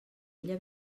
ella